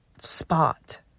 spot